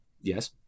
Yes